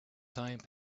time